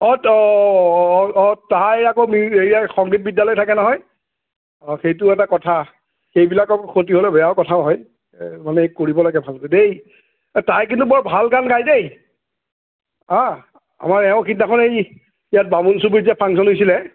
অঁ ত অঁ অঁ তাইৰ আকৌ মি হেৰিয়াৰ সংগীত বিদ্য়ালয় থাকে নহয় অঁ সেইটোও এটা কথা সেইবিলাকৰ আক' ক্ষতি হ'লে বেয়াও কথা হয় এই মানে কৰিব লাগে ভালকৈ দেই এ তাই কিন্তু বৰ ভাল গান গাই দেই অঁ হয় এওঁ সিদিনাখন এই ইয়াত বামুণ চুবুৰীত যে ফাংচন হৈছিল